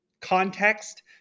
context